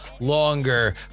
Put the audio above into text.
longer